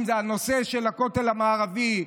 אם זה בנושא של הכותל המערבי,